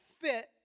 fit